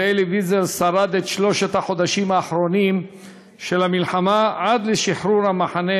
ואלי ויזל שרד את שלושת החודשים האחרונים של המלחמה עד לשחרור המחנה